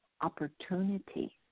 opportunity